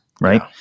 Right